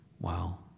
Wow